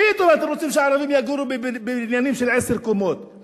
פתאום אתם רוצים שהערבים יגורו בבניינים של עשר קומות.